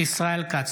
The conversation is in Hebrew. ישראל כץ,